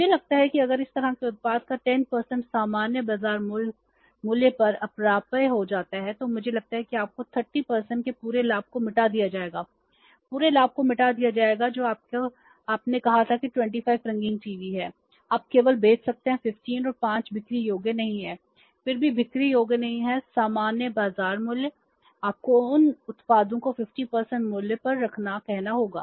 मुझे लगता है कि अगर इस तरह के उत्पाद का 10 सामान्य बाजार मूल्य पर अप्राप्य हो जाता है तो मुझे लगता है कि आपके 30 के पूरे लाभ को मिटा दिया जाएगा पूरे लाभ को मिटा दिया जाएगा जो आपने कहा था कि 25 रंगीन टीवी हैं आप केवल बेच सकते हैं 15 और 5 बिक्री योग्य नहीं हैं फिर भी बिक्री योग्य नहीं हैं सामान्य बाजार मूल्य आपको उन उत्पादों को 50 मूल्य पर कहना होगा